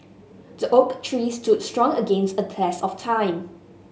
the oak tree stood strong against a test of time